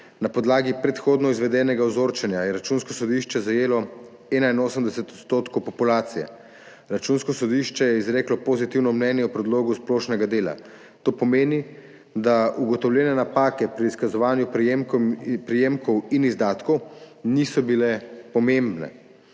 Na podlagi predhodno izvedenega vzorčenja je Računsko sodišče zajelo 81 % populacije. Računsko sodišče je izreklo pozitivno mnenje o predlogu splošnega dela, to pomeni, da ugotovljene napake pri izkazovanju prejemkov in izdatkov niso bile pomembne.